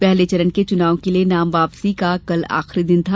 पहले चरण के चुनाव के लिए नाम वापसी का कल आखिरी दिन था